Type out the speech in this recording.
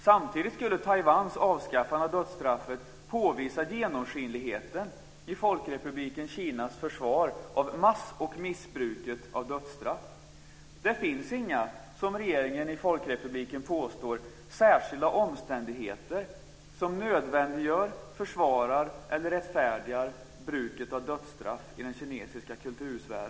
Samtidigt skulle Taiwans avskaffande av dödsstraffet påvisa genomskinligheten i Folkrepubliken Det finns inte, som regeringen i folkrepubliken påstår, några "särskilda omständigheter" som nödvändiggör, försvarar eller rättfärdigar bruket av dödsstraff i den kinesiska kultursfären.